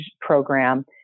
Program